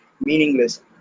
meaningless